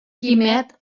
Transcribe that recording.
quimet